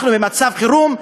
אנחנו במצב חירום,